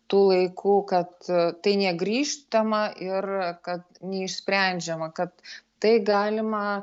tų laikų kad tai negrįžtama ir kad neišsprendžiama kad tai galima